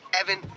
Evan